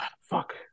fuck